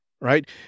right